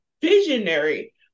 visionary